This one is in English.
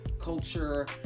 culture